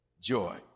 joy